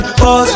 pause